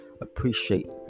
appreciate